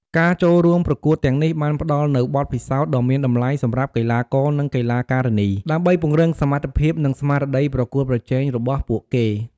ការចូលរួមប្រកួតទាំងនេះបានផ្ដល់នូវបទពិសោធន៍ដ៏មានតម្លៃសម្រាប់កីឡាករ និង កីឡាការិនី ដើម្បីពង្រឹងសមត្ថភាព និងស្មារតីប្រកួតប្រជែងរបស់ពួកគេ។